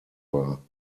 war